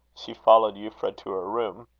she followed euphra to her room.